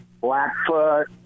Blackfoot